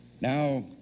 Now